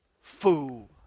Fool